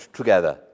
together